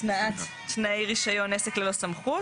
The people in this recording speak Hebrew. התנעת תנאי רישיון עסק ללא סמכות,